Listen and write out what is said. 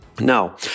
Now